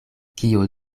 kio